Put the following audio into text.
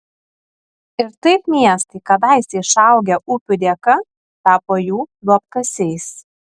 ir taip miestai kadaise išaugę upių dėka tapo jų duobkasiais